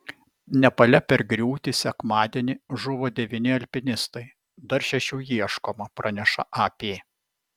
nepale per griūtį sekmadienį žuvo devyni alpinistai dar šešių ieškoma praneša ap